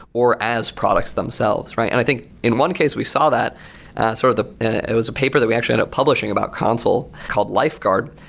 or as products themselves. and i think in one case we saw that sort of the it was a paper that we actually end up publishing about console, called lifeguard,